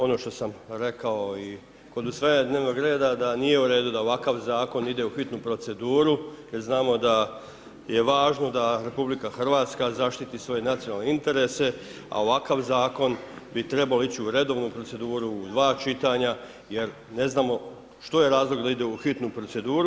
Ono što sam rekao i kod usvajanja dnevnog reda da nije u redu da ovakav zakon ide u hitnu proceduru jer znamo da je važno da Republika Hrvatska zaštiti svoje nacionalne interese, a ovakav zakon bi trebao ići u redovnu proceduru u dva čitanja jer ne znamo što je razlog da ide u hitnu proceduru.